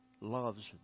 loves